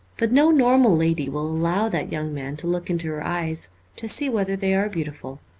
but no normal lady will allow that young man to look into her eyes to see whether they are beautiful.